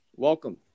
Welcome